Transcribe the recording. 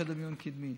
חדר מיון קדמי.